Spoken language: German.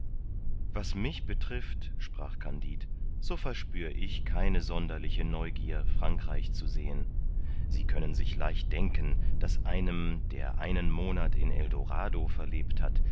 was mich betrifft sprach kandid so verspür ich keine sonderliche neugier frankreich zu sehen sie können leicht denken daß einem der einen monat in eldorado verlebt hat